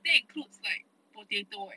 that includes like potato eh